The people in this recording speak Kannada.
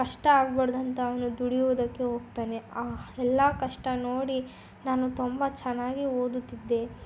ಕಷ್ಟ ಆಗಬಾರದಂತ ಅವನು ದುಡಿಯೋದಕ್ಕೆ ಹೋಗ್ತಾನೆ ಆ ಎಲ್ಲ ಕಷ್ಟ ನೋಡಿ ನಾನು ತುಂಬ ಚೆನ್ನಾಗಿ ಓದುತ್ತಿದ್ದೆ